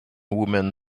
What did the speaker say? women